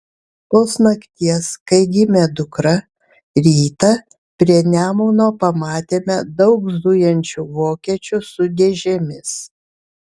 tos nakties kai gimė dukra rytą prie nemuno pamatėme daug zujančių vokiečių su dėžėmis